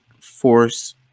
force